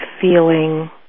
feeling